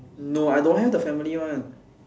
no I don't have the family one